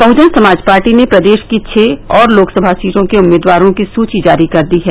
Bahujan Samaj Party ने प्रदेश की छ और लोकसभा सीटों के उम्मीदवारों की सूची जारी कर दी है